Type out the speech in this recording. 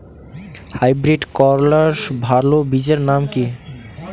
Hybrid করলার ভালো বীজের নাম কি?